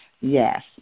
Yes